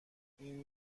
این